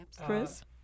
Chris